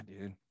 dude